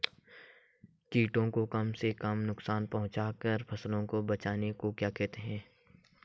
कीटों को कम से कम नुकसान पहुंचा कर फसल को बचाने को क्या कहते हैं?